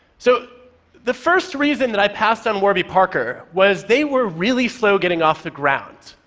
so the first reason that i passed on warby parker was they were really slow getting off the ground.